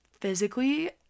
physically